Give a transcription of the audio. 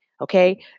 okay